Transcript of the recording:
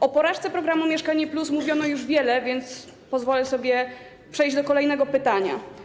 O porażce programu „Mieszkanie+” mówiono już wiele, więc pozwolę sobie przejść do kolejnego pytania.